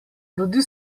rodi